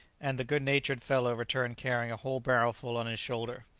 and the good-natured fellow returned carrying a whole barrel-full on his shoulder.